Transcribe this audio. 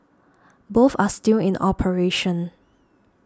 both are still in the operation